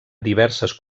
diverses